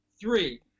Three